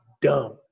dumb